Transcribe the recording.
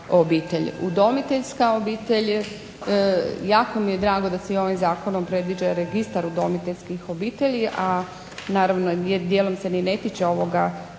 Udomiteljska obitelj, jako mi je drago da se ovim zakonom predviđa registar udomiteljskih obitelji, a naravno dijelom se ni ne tiče ovog zakona